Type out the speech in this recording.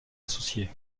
associé